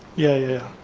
yeah,